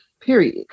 Period